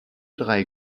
drei